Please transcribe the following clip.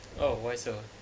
oh why so